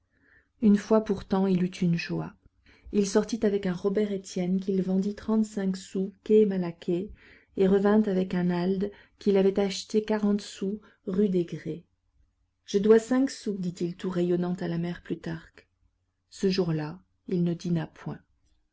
une fois pourtant il eut une joie il sortit avec un robert estienne qu'il vendit trente-cinq sous quai malaquais et revint avec un alde qu'il avait acheté quarante sous rue des grès je dois cinq sous dit-il tout rayonnant à la mère plutarque ce jour-là il ne dîna point